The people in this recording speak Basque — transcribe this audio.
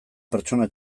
pertsona